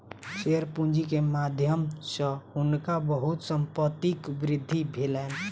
share पूंजी के माध्यम सॅ हुनका बहुत संपत्तिक वृद्धि भेलैन